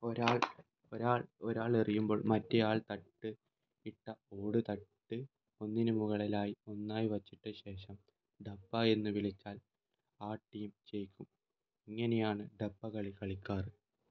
ഒരാൾ ഒരാൾ ഒരാൾ എറിയുമ്പോൾ മറ്റെയാൾ തട്ട് ഇട്ട ഓട് തട്ട് ഒന്നിനുമുകളിലായി ഒന്നായി വച്ചിട്ട് ശേഷം ഡപ്പാ എന്ന് വിളിച്ചാൽ ആ ടീം ജയിക്കും ഇങ്ങനെയാണ് ഡപ്പകളി കളിക്കാറ്